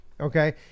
okay